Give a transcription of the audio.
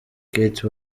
kate